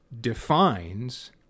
defines